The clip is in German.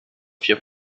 vier